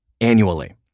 annually